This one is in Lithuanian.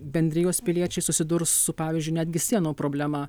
bendrijos piliečiai susidurs su pavyzdžiui netgi sienų problema